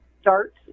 start